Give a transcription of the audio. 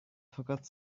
forgot